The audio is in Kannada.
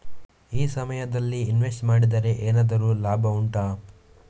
ಈ ಸಮಯದಲ್ಲಿ ಇನ್ವೆಸ್ಟ್ ಮಾಡಿದರೆ ಏನಾದರೂ ಲಾಭ ಉಂಟಾ